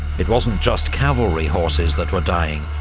it wasn't just cavalry horses that were dying,